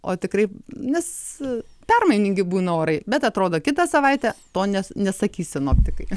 o tikrai nes permainingi būna orai bet atrodo kitą savaitę to nes nesakys sinoptikai